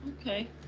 Okay